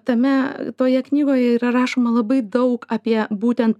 tame toje knygoje yra rašoma labai daug apie būtent